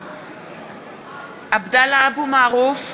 אדוני, האם להצביע על 7, לאותו סעיף?